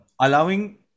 allowing